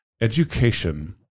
Education